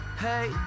Hey